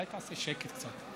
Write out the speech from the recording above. אולי תעשה שקט קצת.